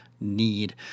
need